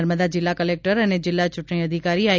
નર્મદા જિલ્લા કલેક્ટર અને જિલ્લા ચૂંટણી અધિકારી આઇ